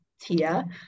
Tia